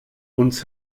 uns